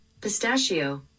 Pistachio